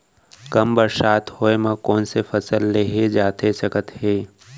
कम बरसात होए मा कौन से फसल लेहे जाथे सकत हे?